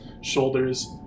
shoulders